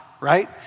right